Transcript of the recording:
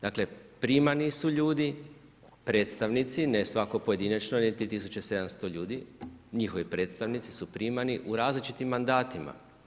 Dakle primani su ljudi, predstavnici, ne svatko pojedinačno niti 1 700 ljudi, njihovi predstavnici su primani u različitim mandatima.